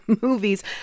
movies